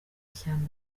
ishyamba